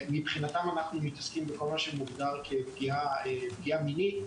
מבחינתם אנחנו מתעסקים בכל מה שמוגדר כפגיעה מינית,